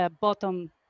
bottom